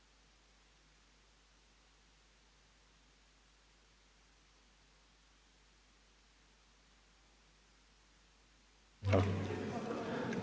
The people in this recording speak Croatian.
Hvala